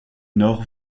nord